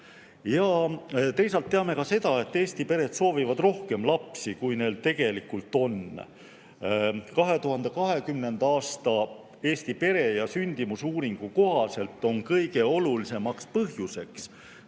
Teisalt teame ka seda, et Eesti pered soovivad rohkem lapsi, kui neil tegelikult on. 2020. aasta Eesti pere- ja sündimusuuringu kohaselt on kõige olulisem põhjus,